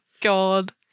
God